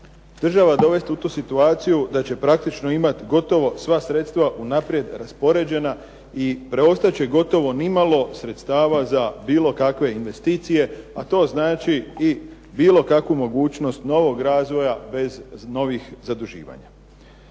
država dovesti u tu situaciju da će praktično imati gotovo sva sredstva unaprijed raspoređena, i preostat će gotovo nimalo sredstava za bilo kakve investicije, a to znači i bilo kakvu mogućnost novog razvoja bez novih zaduživanja.